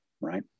Right